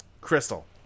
Crystal